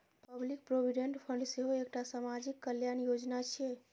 public provident fund सेहो एकटा सामाजिक कल्याण योजना छियै